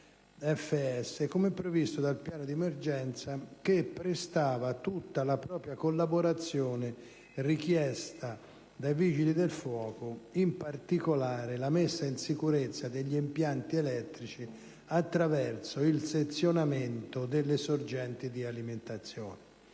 come previsto dal piano di emergenza, che prestava tutta la propria collaborazione richiesta dai Vigili del fuoco, e in particolare la messa in sicurezza degli impianti elettrici attraverso il sezionamento delle sorgenti di alimentazione.